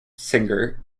singer